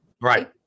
right